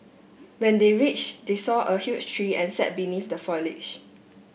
when they reach they saw a huge tree and sat beneath the foliage